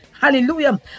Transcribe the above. Hallelujah